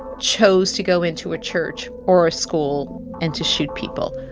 chose to go into a church or a school and to shoot people.